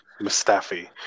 Mustafi